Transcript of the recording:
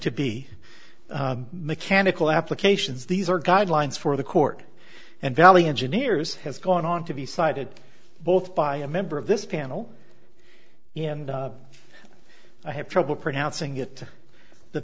to be mechanical applications these are guidelines for the court and valley engineers has gone on to be cited both by a member of this panel in i have trouble pronouncing it the